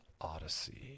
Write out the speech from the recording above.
Odyssey